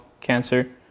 cancer